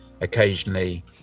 occasionally